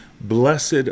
blessed